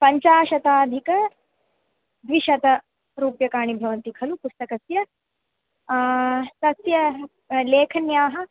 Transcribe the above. पञ्चाशताधिकद्विशतरूप्यकाणि भवन्ति खलु पुस्तकस्य तस्य लेखन्याः